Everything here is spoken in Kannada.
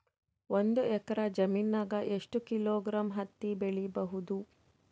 ಒಂದ್ ಎಕ್ಕರ ಜಮೀನಗ ಎಷ್ಟು ಕಿಲೋಗ್ರಾಂ ಹತ್ತಿ ಬೆಳಿ ಬಹುದು?